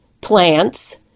plants